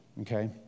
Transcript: okay